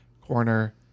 corner